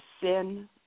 sin